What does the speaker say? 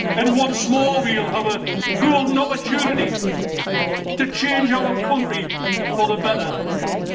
and once more, we will have a golden opportunity to change our country for the better.